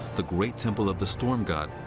the great temple of the storm god,